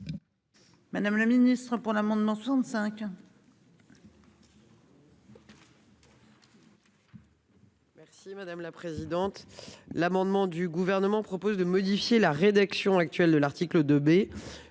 Madame la Ministre pour l'amendement 65.